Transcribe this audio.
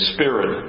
Spirit